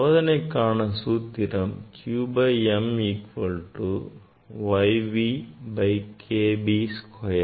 சோதனைக்கான சூத்திரம் q by m equal to Y V by K B square